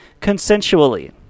consensually